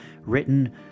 written